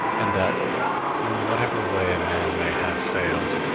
and that in whatever way a man may have failed,